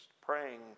praying